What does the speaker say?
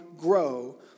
grow